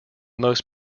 most